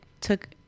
took